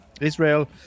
israel